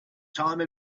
time